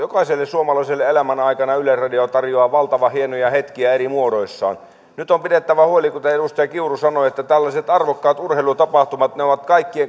jokaiselle suomalaiselle elämän aikana valtavan hienoja hetkiä eri muodoissaan nyt on pidettävä huoli kuten edustaja kiuru sanoi että tällaiset arvokkaat urheilutapahtumat ovat